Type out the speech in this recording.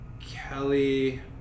Kelly